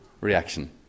reaction